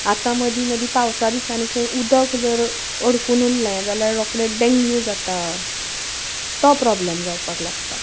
आतां मदीं मदीं पावसा दिसांनी खंय उदक जर अडकून उरलें जाल्यार रोखडें डेंग्यू जाता तो प्रोब्लेम जावपाक लागता